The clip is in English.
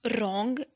wrong